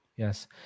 Yes